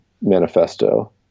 manifesto